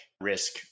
risk